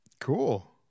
cool